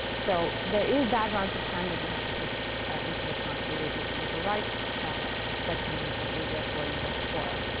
so there is that round-trip time that you have to take into account for latency over write that comes in from asia for us quorum.